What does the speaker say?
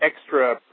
extra